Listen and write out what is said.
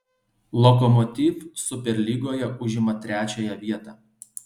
lokomotiv superlygoje užima trečiąją vietą